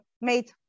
made